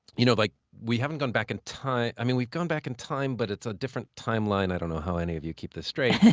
you know, like, we haven't gone back in time i mean, we've gone back in time, but it's a different timeline. i don't know how any of you keep this straight.